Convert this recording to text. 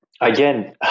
again